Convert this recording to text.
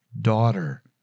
daughter